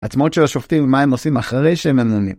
עצמאות של השופטים ומה הם עושים אחרי שהם ממונים.